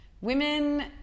women